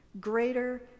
greater